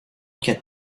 get